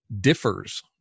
differs